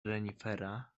renifera